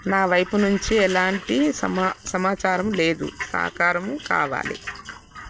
నా వైపు నుంచి ఎలాంటి సమా సమాచారం లేదు సహకారం కావాలి